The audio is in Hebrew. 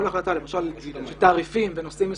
כל החלטה, למשל תעריפים ונושאים מסוימים,